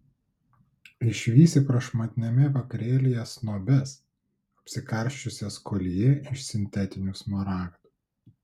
išvysi prašmatniame vakarėlyje snobes apsikarsčiusias koljė iš sintetinių smaragdų